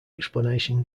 explanation